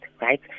right